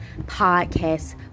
podcast